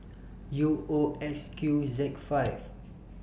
U O X Q Z five